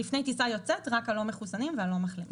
לפני טיסה יוצאת רק הלא מחוסנים והלא מחלימים.